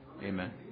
amen